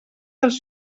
dels